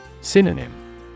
Synonym